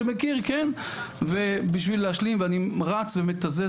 שמכיר כן ובשביל להשלים ואני רץ ומתזז